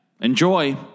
Enjoy